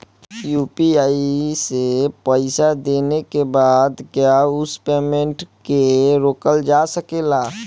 UPI से पईसा देने के बाद क्या उस पेमेंट को रोकल जा सकेला?